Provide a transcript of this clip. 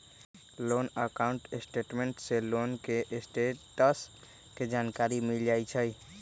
loan account statement से loan के status के जानकारी मिल जाइ हइ